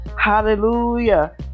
hallelujah